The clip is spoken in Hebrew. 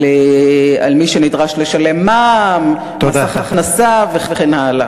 על מי שנדרש לשלם מע"מ, מס הכנסה וכן הלאה.